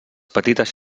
petites